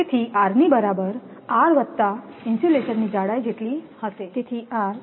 તેથી R નીબરાબર r વત્તા ઇન્સ્યુલેશનની જાડાઈ જેટલી હશે